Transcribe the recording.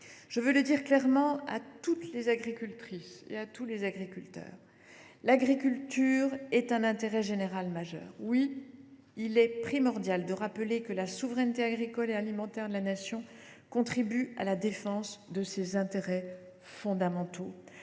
Je veux le dire clairement à toutes les agricultrices et tous les agriculteurs : l’agriculture représente un intérêt général majeur. Oui, il est primordial de rappeler que la souveraineté agricole et alimentaire de la Nation contribue à la défense de ses intérêts fondamentaux,